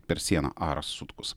per sieną aras sutkus